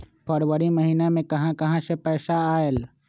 फरवरी महिना मे कहा कहा से पैसा आएल?